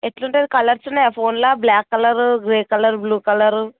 ఎలా ఉంటుంది కలర్స్ ఉన్నాయా ఫోన్లో black colour grey colour blue colour